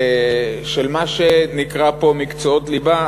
של מה שנקרא פה מקצועות ליבה,